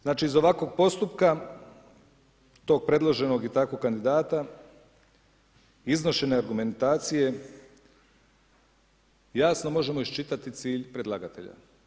Znači iz ovakvog postupka tog predloženog i takvog kandidata iznošene argumentacije, jasno možemo iščitati cilj predlagatelja.